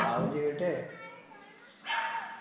ପାଉଁଜି ଗୋଟେ